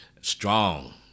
strong